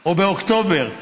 או באוקטובר,